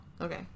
Okay